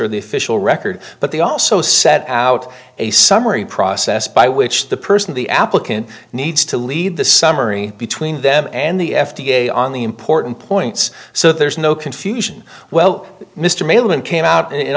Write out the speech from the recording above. are the official record but they also set out a summary process by which the person the applicant needs to lead the summary between them and the f d a on the important points so there's no confusion well mr malan came out in